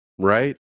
Right